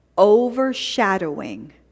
overshadowing